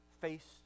face